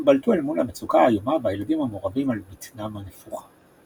הם בלטו אל מול המצוקה האיומה והילדים המורעבים על בטנם הנפוחה.